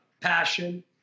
passion